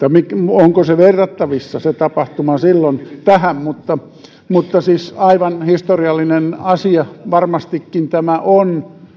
onko se tapahtuma verrattavissa tähän mutta mutta siis aivan historiallinen asia varmastikin tämä on